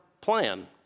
plan